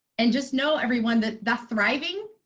and just know everyone that the thriving,